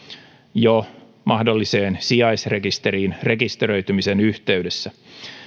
jo mahdolliseen sijaisrekisteriin rekisteröitymisen yhteydessä